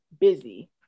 busy